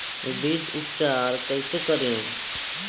बीज उपचार कईसे करी?